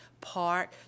Park